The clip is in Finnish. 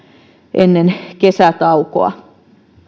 ennen kesätaukoa